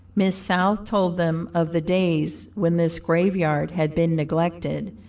miss south told them of the days when this graveyard had been neglected,